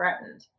threatened